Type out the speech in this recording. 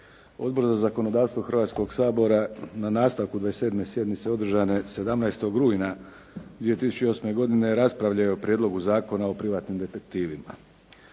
Odbor za zakonodavstvo Hrvatskoga sabora na nastavku 27. sjednice održane 17. rujna 2008. godine raspravljao je o Prijedlogu zakona o privatnim detektivima.